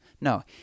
No